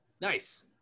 nice